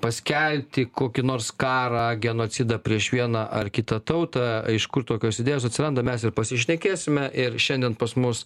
paskelbti kokį nors karą genocidą prieš vieną ar kitą tautą iš kur tokios idėjos atsiranda mes ir pasišnekėsime ir šiandien pas mus